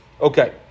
Okay